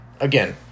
again